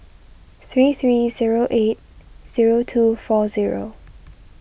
three three zero eight zero two four zero